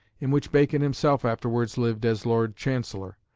in which bacon himself afterwards lived as lord chancellor,